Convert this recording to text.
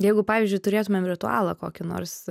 jeigu pavyzdžiui turėtumėm ritualą kokį nors